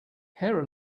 hair